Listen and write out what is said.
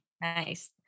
Nice